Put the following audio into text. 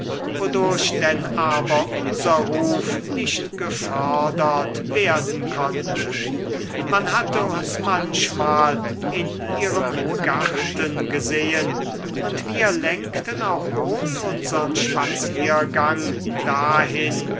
wodurch denn aber unser ruf nicht gefördert werden konnte man hatte uns manchmal in ihrem garten gesehen und wir lenkten auch wohl unsern spaziergang dahin